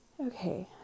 Okay